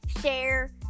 share